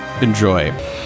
Enjoy